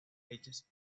hechas